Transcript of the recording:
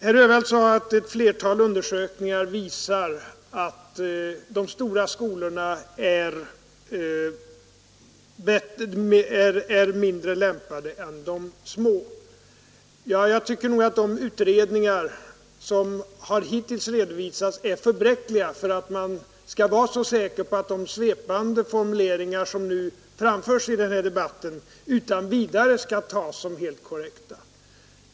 Herr Öhvall sade att ett flertal undersökningar visar att de stora skolorna är mindre lämpade än de små. Jag tycker nog att de utredningar som hittills har redovisats är för bräckliga för att man skall vara så säker på att de svepande formuleringar som nu framförs i den här debatten utan vidare skall tas som helt korrekta.